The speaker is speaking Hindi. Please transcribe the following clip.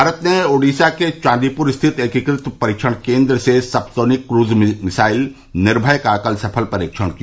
भारत ने ओडिसा के चांदीप्र स्थित एकीकृत परीक्षण केन्द्र से subsonic cruise missile Nirbhay का कल सफल परीक्षण किया